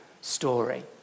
story